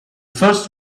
first